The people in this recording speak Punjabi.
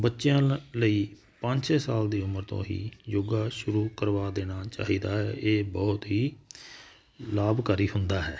ਬੱਚਿਆਂ ਲਈ ਪੰਜ ਛੇ ਸਾਲ ਦੀ ਉਮਰ ਤੋਂ ਹੀ ਯੋਗਾ ਸ਼ੁਰੂ ਕਰਵਾ ਦੇਣਾ ਚਾਹੀਦਾ ਇਹ ਬਹੁਤ ਹੀ ਲਾਭਕਾਰੀ ਹੁੰਦਾ ਹੈ